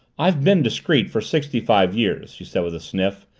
i've been discreet for sixty-five years, she said with a sniff,